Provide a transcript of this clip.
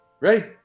Ready